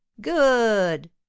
good